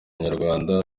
nyarwanda